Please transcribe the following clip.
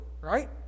right